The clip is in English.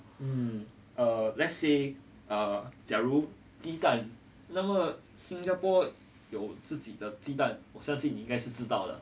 um err let's say err 假如鸡蛋那么新加坡有自己的鸡蛋我相信你应该是知道的